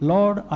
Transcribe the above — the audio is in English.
Lord